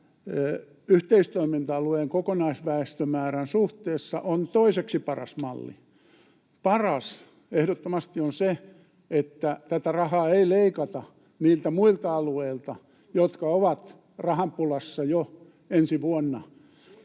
yhteistoiminta-alueen kokonaisväestömäärän suhteessa, on toiseksi paras malli. Paras, ehdottomasti, on se, että tätä rahaa ei leikata niiltä muilta alueilta, jotka ovat rahapulassa jo ensi vuonna.